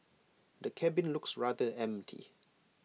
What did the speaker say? the cabin looks rather empty